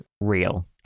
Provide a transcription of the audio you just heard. real